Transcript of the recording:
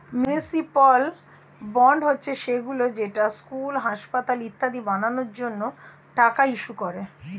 municipal bond হচ্ছে সেইগুলো যেটা স্কুল, হাসপাতাল ইত্যাদি বানানোর জন্য টাকা ইস্যু করে